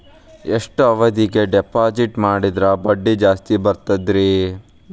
ಎಷ್ಟು ಅವಧಿಗೆ ಡಿಪಾಜಿಟ್ ಮಾಡಿದ್ರ ಬಡ್ಡಿ ಜಾಸ್ತಿ ಬರ್ತದ್ರಿ?